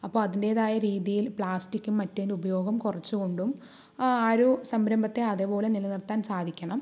അപ്പോൾ അതിൻ്റെതായ രീതിയിൽ പ്ലാസ്റ്റിക്കും മറ്റേതിൻ്റെ ഉപയോഗം കുറച്ച് കൊണ്ടും ആ ഒരു സംരംഭത്തെ അതേ പോലെ നിലനിർത്താൻ സാധിക്കണം